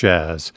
Jazz